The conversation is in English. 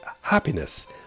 happiness